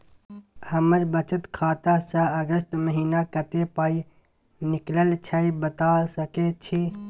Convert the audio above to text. हमर बचत खाता स अगस्त महीना कत्ते पाई निकलल छै बता सके छि?